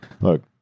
Look